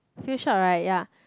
future alright ya